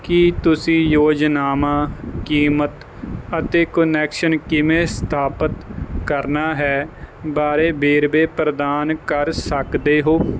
ਕੀ ਤੁਸੀਂ ਯੋਜਨਾਵਾਂ ਕੀਮਤ ਅਤੇ ਕੁਨੈਕਸ਼ਨ ਕਿਵੇਂ ਸਥਾਪਿਤ ਕਰਨਾ ਹੈ ਬਾਰੇ ਵੇਰਵੇ ਪ੍ਰਦਾਨ ਕਰ ਸਕਦੇ ਹੋ